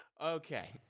Okay